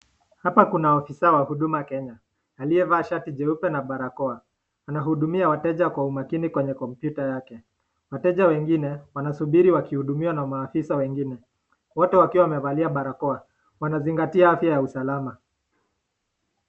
Hapa kuna afisa wa huduma kenya, aliyevaa shati jeupe na barakoa, anahudumia wateja kwa umakinj kwenye kompyuta yake. Wateja wengine wanasubiri wakihudumiwa na maafisa wengine, wote wakiwa wamevalia barakoa, wanazingatia afya ya usalama.